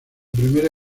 primera